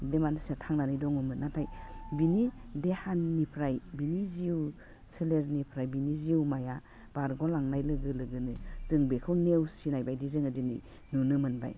बे मानसिया थांनानै दङमोन नाथाय बिनि देहानिफ्राय बिनि जिउ सोलेरनिफ्राय बिनि जिउमाया बरग'लांनाय लोगो लोगोनो जों बेखौ नेवसिनाय बायदि जोङो दिनै नुनो मोनबाय